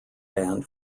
band